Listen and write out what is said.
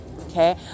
okay